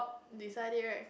beside it right